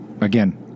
again